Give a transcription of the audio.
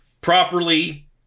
properly